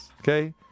Okay